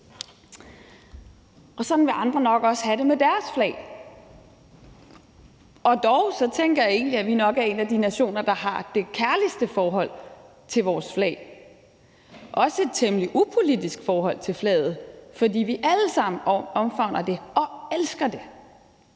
Sådan vil andre nok også have det med deres flag. Og dog tænker jeg egentlig, at vi nok er en af de nationer, der har det kærligste forhold til vores flag; også et temmelig upolitisk forhold til flaget, fordi vi alle sammen omfavner det og elsker det,